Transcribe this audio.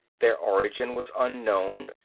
their origin was unknown,